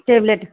tablet